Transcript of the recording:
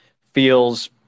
feels